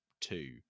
two